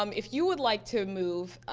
um if you would like to move,